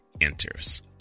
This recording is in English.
enters